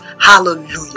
Hallelujah